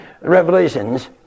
revelations